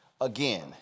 Again